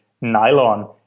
nylon